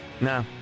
Nah